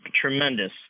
tremendous